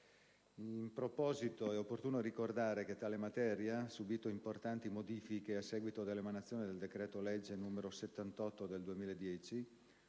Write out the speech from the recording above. In proposito, è opportuno ricordare che tale materia ha subito importanti modifiche a seguito dell'emanazione del decreto-legge n. 78 del 2010